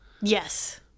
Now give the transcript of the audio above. Yes